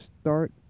start